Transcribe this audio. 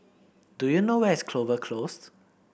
do you know where is Clover Close